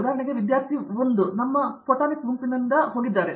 ಉದಾಹರಣೆಗೆ ನಮ್ಮ ವಿದ್ಯಾರ್ಥಿ 1 ನಮ್ಮ ಫೋಟೊನಿಕ್ಸ್ ಗುಂಪಿನಿಂದ ಹೋಗಿದ್ದಾರೆ